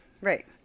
right